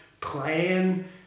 playing